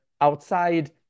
outside